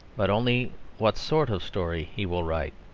but only what sort of story he will write.